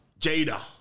Jada